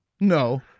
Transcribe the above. No